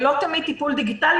לא תמיד טיפול דיגיטלי.